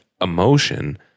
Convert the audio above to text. emotion